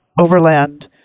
Overland